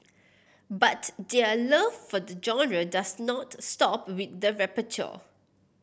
but their love for the genre does not stop with the repertoire